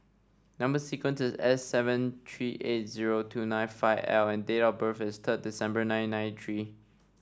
number sequence is S seven three eight zero two nine five L and date of birth is thrid December nineteen ninety three